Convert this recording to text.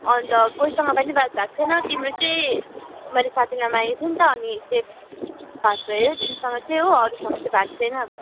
अन्त कोहीसँग पनि बात भएको छैन तिम्रो चाहिँ मैले साथीलाई मागेको थिएँ नि त अनि चाहिँ बात भयो तिमीसँग चाहिँ हो अरूसँग चाहिँ भएको छैन